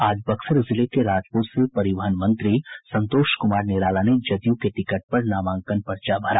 आज बक्सर जिले के राजपुर से परिवहन मंत्री संतोष कुमार निराला ने जदयू के टिकट पर नामांकन पर्चा भरा